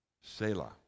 Selah